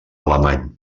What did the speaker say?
alemany